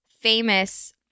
famous